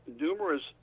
numerous